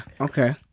Okay